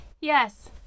Yes